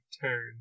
turn